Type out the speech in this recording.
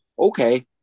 Okay